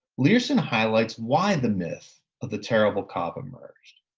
learson highlights why the myth of the terrible cobb emerged,